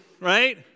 right